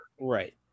Right